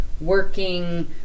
working